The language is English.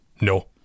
no